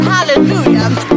Hallelujah